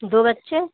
दो बच्चे